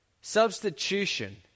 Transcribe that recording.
Substitution